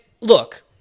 look